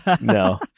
No